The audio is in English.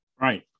Right